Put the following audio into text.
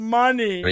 money